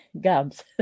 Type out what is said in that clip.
gums